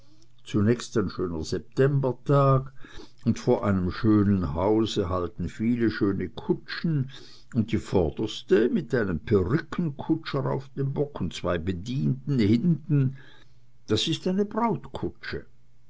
zunächst ein schöner septembertag und vor einem schönen hause halten viele schöne kutschen und die vorderste mit einem perückenkutscher auf dem bock und zwei bedienten hinten das ist eine